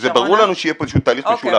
זה ברור לנו שיהיה פה איזשהו תהליך משולב.